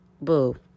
boo